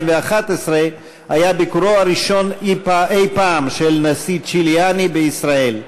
היה ביקורו הראשון אי-פעם של נשיא צ'יליאני בישראל,